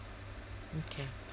okay